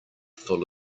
full